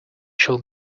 shall